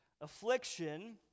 affliction